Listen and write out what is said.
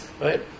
right